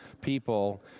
people